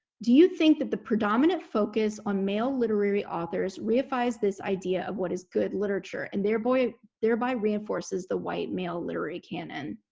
do you think that the predominant focus on male literary authors reifies this idea of what is good literature and thereby thereby reinforces the white male literary canon?